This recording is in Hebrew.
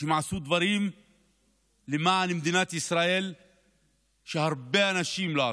שעשו דברים למען מדינת ישראל שהרבה אנשים לא עשו.